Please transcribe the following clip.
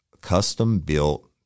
custom-built